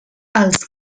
els